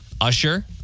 Usher